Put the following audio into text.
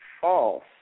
false